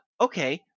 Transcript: Okay